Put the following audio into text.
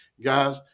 Guys